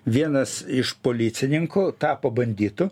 vienas iš policininkų tapo banditu